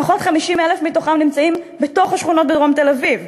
לפחות 50,000 מתוכם נמצאים בתוך השכונות בדרום תל-אביב.